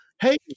Hey